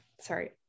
sorry